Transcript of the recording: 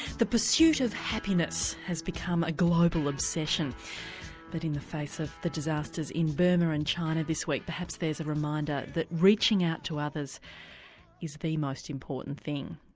the pursuit of happiness has become a global obsession but in the face of the disasters in burma and china this week perhaps there's a reminder that reaching out to others is the most important thing.